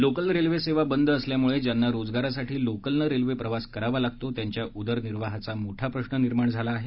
local railway सेवा बंद असल्यामुळे ज्यांना रोजगारासाठी लोकलनं रेल्वे प्रवास करावा लागतो त्यांच्या उदरनिर्वाहाचा मोठा प्रश्न निर्माण झाला आहे